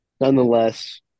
nonetheless